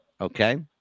Okay